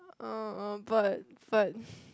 ah ah but but